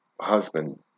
husband